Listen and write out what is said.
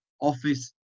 office